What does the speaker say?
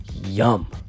yum